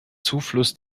zufluss